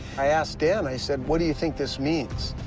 i asked dan. i said, what do you think this means?